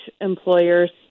employers